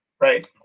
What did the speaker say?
Right